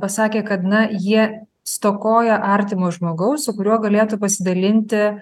pasakė kad na jie stokoja artimo žmogaus su kuriuo galėtų pasidalinti